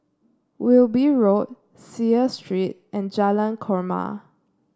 Wilby Road Seah Street and Jalan Korma